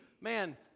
man